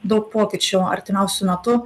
daug pokyčių artimiausiu metu